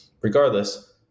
Regardless